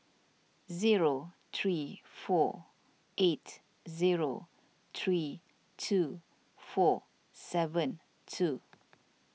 zero three four eight zero three two four seven two